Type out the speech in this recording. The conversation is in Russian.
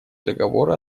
договора